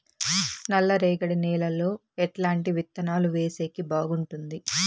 నల్లరేగడి నేలలో ఎట్లాంటి విత్తనాలు వేసేకి బాగుంటుంది?